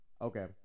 Okay